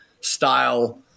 style